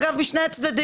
אגב, משני הצדדים.